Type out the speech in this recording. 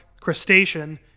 crustacean